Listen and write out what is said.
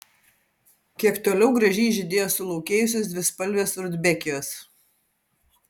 kiek toliau gražiai žydėjo sulaukėjusios dvispalvės rudbekijos